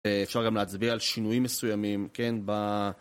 אפשר גם להצביע על שינויים מסוימים, כן? ב...